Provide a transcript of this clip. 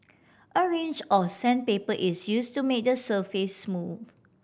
a range of sandpaper is used to made the surface smooth